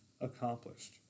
accomplished